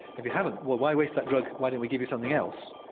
if you haven't well why waste that drug, why don't we give you something else.